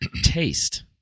taste